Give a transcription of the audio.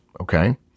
okay